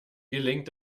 gelingt